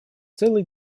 целый